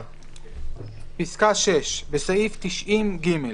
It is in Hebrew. "(6)בסעיף 90(ג),